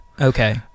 okay